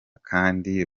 kandi